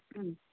ಹ್ಞೂ